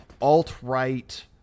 alt-right